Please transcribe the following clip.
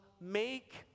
make